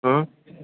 हँ